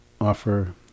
offer